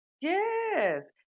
Yes